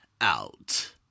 out